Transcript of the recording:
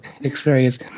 experience